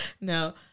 no